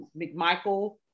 McMichael